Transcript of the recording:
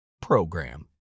program